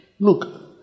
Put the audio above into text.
Look